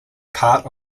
part